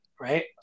Right